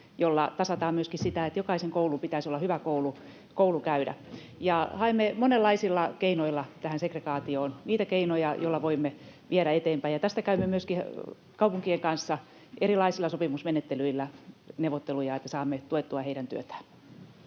jolla tasataan myöskin niin, että jokaisen koulun pitäisi olla hyvä koulu käydä. Haemme monenlaisilla tavoilla tähän segregaatioon niitä keinoja, joilla voimme viedä asiaa eteenpäin, ja tästä käymme myöskin kaupunkien kanssa erilaisilla sopimusmenettelyillä neuvotteluja, että saamme tuettua heidän työtään.